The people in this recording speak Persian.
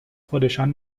خودشان